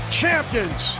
champions